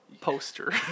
poster